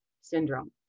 syndrome